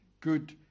good